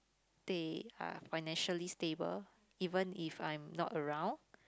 they are financially stable even if I'm not around